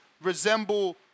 resemble